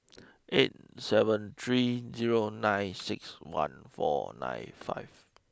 eight seven three zero nine six one four nine five